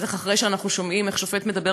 בטח אחרי שאנחנו שומעים איך שופט מדבר